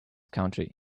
country